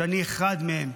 שאני אחד מהם.